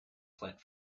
plant